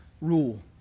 rule